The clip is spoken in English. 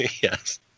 Yes